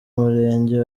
murenge